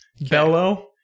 bellow